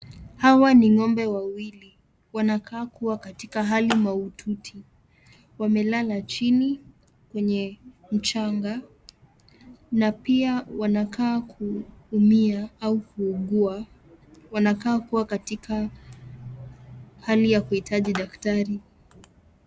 Hawa ni ngombe wawili. Wanakaa kuwa katika hali mahututi. Wamelala chini kwenye mchanga na pia wanakaa kuumia au kuugua. Wanakaa kuwa katika hali ya kuhitaji daktari.